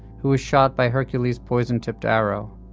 who was shot by hercules' poison tipped arrow.